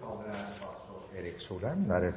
La meg